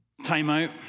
timeout